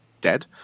dead